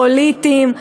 פוליטיים,